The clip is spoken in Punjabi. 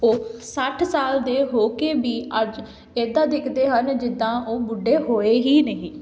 ਉਹ ਸੱਠ ਸਾਲ ਦੇ ਹੋ ਕੇ ਵੀ ਅੱਜ ਇੱਦਾਂ ਦਿਖਦੇ ਹਨ ਜਿੱਦਾਂ ਉਹ ਬੁੱਢੇ ਹੋਏ ਹੀ ਨਹੀਂ